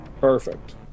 Perfect